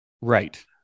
Right